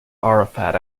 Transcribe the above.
arafat